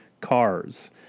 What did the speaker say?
Cars